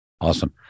Awesome